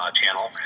channel